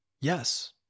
Yes